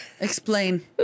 Explain